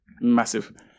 Massive